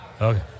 Okay